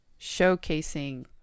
showcasing